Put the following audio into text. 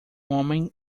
homem